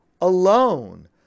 alone